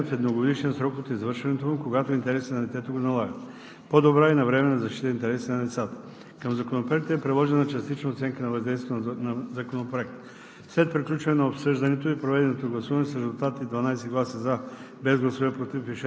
създаване на възможност припознаването да може да бъде оспорено и от прокурора чрез иск, предявен в едногодишен срок от извършването му, когато интересите на детето го налагат; - по-добра и навременна защита интересите на децата. Към Законопроекта е приложена частична оценка на въздействието на Законопроекта.